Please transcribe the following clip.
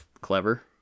clever